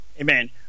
Amen